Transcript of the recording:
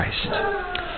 Christ